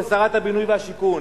כשרת הבינוי והשיכון.